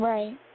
Right